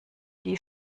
die